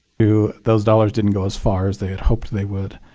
to those dollars didn't go as far as they had hoped they would.